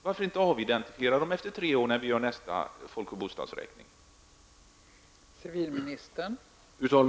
Varför inte avidentifiera dem efter tre år, när nästa folk och bostadsräkning genomförs?